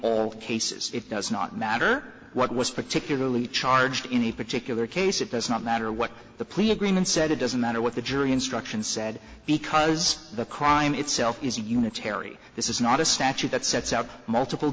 all cases it does not matter what was particularly charged in a particular case it does not matter what the plea agreement said it doesn't matter what the jury instructions said because the crime itself is a unitary this is not a statute that sets up multiple